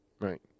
Right